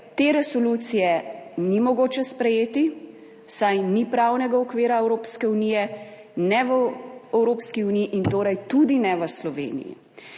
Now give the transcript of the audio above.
te resolucije ni mogoče sprejeti, saj ni pravnega okvira Evropske unije, ne v Evropski uniji in torej tudi ne v Sloveniji.